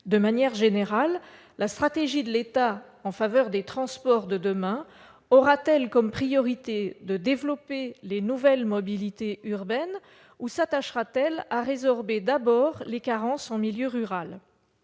De manière générale, la stratégie de l'État en faveur des transports de demain aura-t-elle comme priorité de développer les nouvelles mobilités urbaines ou s'attachera-t-elle à résorber d'abord les carences en milieu rural ?